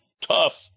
tough